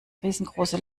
riesengroße